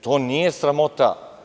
To nije sramota.